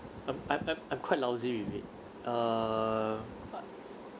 I'm I'm I'm quite lousy with it err